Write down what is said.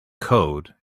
code